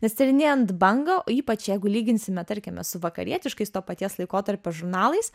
nes tyrinėjant bangą o ypač jeigu lyginsime tarkime su vakarietiškais to paties laikotarpio žurnalais